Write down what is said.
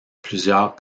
plusieurs